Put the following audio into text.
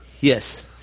Yes